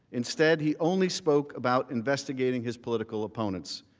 instead, he only spoke about investigating his political opponents.